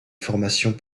formations